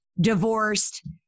divorced